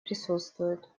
присутствуют